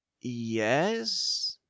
Yes